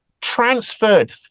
transferred